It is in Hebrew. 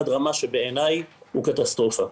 עד רמה שבעיני הוא קטסטרופה.